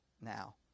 now